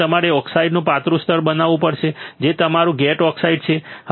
તેથી તમારે ઓક્સાઇડનું પાતળું સ્તર બનાવવું પડશે જે તમારું ગેટ ઓક્સાઇડ છે